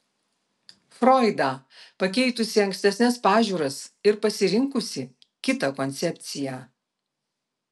froidą pakeitusi ankstesnes pažiūras ir pasirinkusį kitą koncepciją